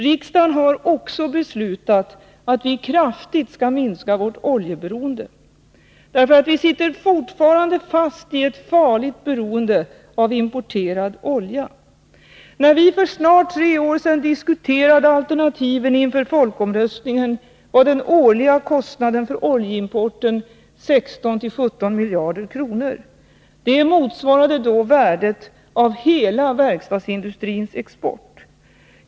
Riksdagen har också beslutat att vi skall kraftigt minska vårt oljeberoende. Vi sitter fortfarande fast i ett farligt beroende av importerad olja. När vi för snart tre år sedan diskuterade alternativen inför folkomröstningen var den årliga kostnaden för oljeimporten 16-17 miljarder kronor. Det motsvarade då värdet av hela verkstadsindustrins export.